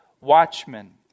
watchmen